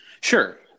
Sure